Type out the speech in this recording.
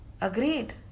Agreed